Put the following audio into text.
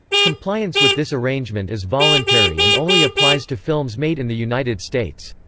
compliance with this arrangement is voluntary and only applies to films made in the united states.